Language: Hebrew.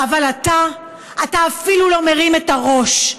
אבל אתה, אתה אפילו לא מרים את הראש.